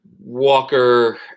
Walker